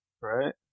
Right